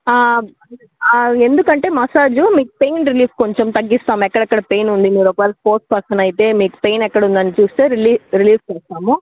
ఎందుకంటే మసాజు మీకు pain relief కొంచెం తగ్గిస్తాము ఎక్కడెక్కడ పెయిన్ ఉంది మీరు ఒకవేళ స్పోర్ట్స్ పర్సన్ అయితే మీకు పెయిన్ ఎక్కడ ఉందని చుస్తే రిలీ రిలీఫ్ చేస్తాము